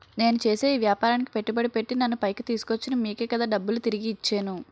నేను చేసే ఈ వ్యాపారానికి పెట్టుబడి పెట్టి నన్ను పైకి తీసుకొచ్చిన మీకే కదా డబ్బులు తిరిగి ఇచ్చేను